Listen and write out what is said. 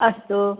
अस्तु